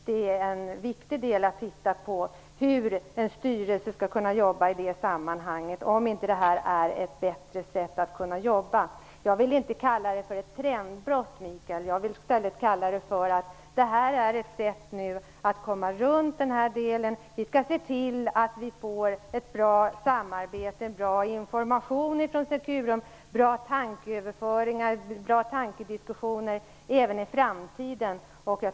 Det är viktigt att se hur en styrelse skall kunna arbeta, och om inte det här är ett bättre sätt att arbeta. Jag vill inte kalla det för ett trendbrott. Det här är ett sätt att komma runt problemet. Vi skall se till att vi får ett bra samarbete och bra information från Securum, och att vi får bra tankediskussioner även i framtiden.